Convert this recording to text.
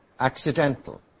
Accidental